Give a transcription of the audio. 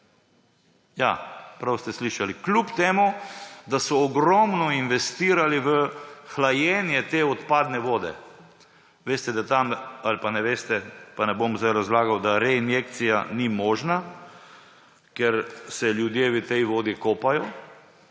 Ja, prav ste slišali! Kljub temu da so ogromno investirali v hlajenje te odpadne vode. Veste, ali pa ne veste, pa ne bom sedaj razlagal, da tam reinjekcija ni možna, ker se ljudje v tej vodi kopajo.